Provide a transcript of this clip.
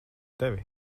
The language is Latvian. tevi